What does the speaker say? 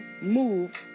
move